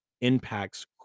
impacts